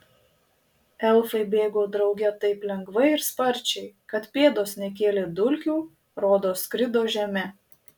elfai bėgo drauge taip lengvai ir sparčiai kad pėdos nekėlė dulkių rodos skrido žeme